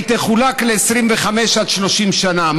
והיא תחולק ל-25 30 שנה.